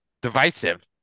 divisive